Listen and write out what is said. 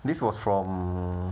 this was from